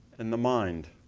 and the mind.